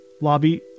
lobby